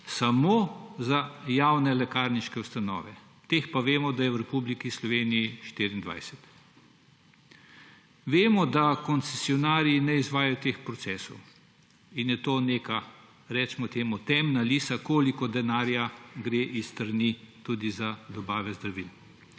samo za javne lekarniške ustanove. Teh pa vemo, da je v Republiki Sloveniji 24. Vemo, da koncesionarji ne izvajajo teh procesov in je to neka, recimo temu, temna lisa, koliko denarja gre s strani tudi za dobave zdravil.